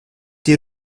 die